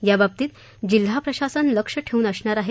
याबाबतीत जिल्हा प्रशासन लक्ष ठेवून असणार आहे